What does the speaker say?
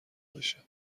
بشه